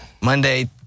Monday